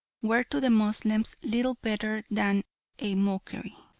were to the moslems little better than a mockery.